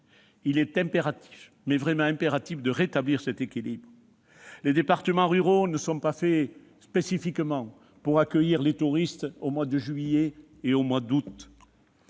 Il est absolument impératif de rétablir cet équilibre. Les départements ruraux ne sont pas faits spécifiquement pour accueillir les touristes aux mois de juillet et août